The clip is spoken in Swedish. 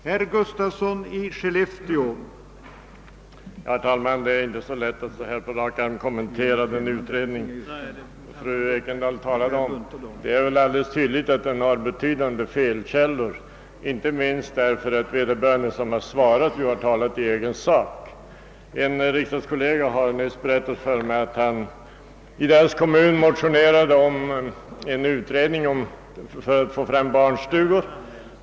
Herr talman! Det är inte så lätt att på rak arm kommentera den utredning fru Ekendahl talade om, men det är alldeles tydligt att den har betydande felkällor, inte minst därför att de som svarade har talat i egen sak. En riksdagskollega berättade nyss för mig att det i hans kommun motionerades om en utredning för att få fram barnstugor.